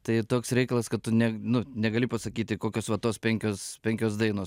tai toks reikalas kad tu ne nu negali pasakyti kokios va tos penkios penkios dainos